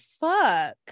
fuck